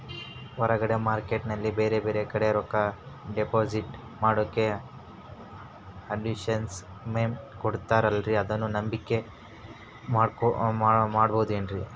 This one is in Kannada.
ಹೊರಗೆ ಮಾರ್ಕೇಟ್ ನಲ್ಲಿ ಬೇರೆ ಬೇರೆ ಕಡೆ ರೊಕ್ಕ ಡಿಪಾಸಿಟ್ ಮಾಡೋಕೆ ಅಡುಟ್ಯಸ್ ಮೆಂಟ್ ಕೊಡುತ್ತಾರಲ್ರೇ ಅದನ್ನು ನಂಬಿಕೆ ಮಾಡಬಹುದೇನ್ರಿ?